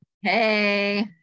Hey